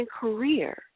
career